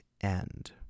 end